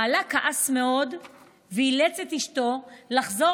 בעלה כעס מאוד ואילץ את אשתו לחזור